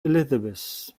elizabeth